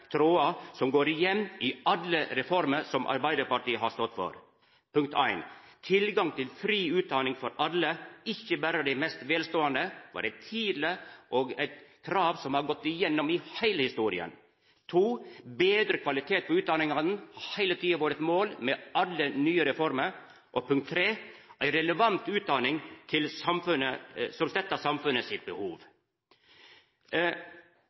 trådar som går igjen i alle reformer som Arbeidarpartiet har stått for: Tilgang til fri utdanning for alle, ikkje berre dei mest velståande, var eit tidleg krav som har gått igjen i heile historia. Betre kvalitet på utdanningane har heile tida vore eit mål med alle nye reformar, og ei relevant utdanning som støttar samfunnet sitt behov.